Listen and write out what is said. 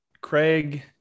Craig